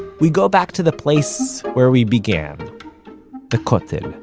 we go back to the place where we began the kotel.